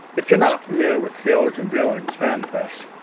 if you're not familiar with heroes and villains fanfest,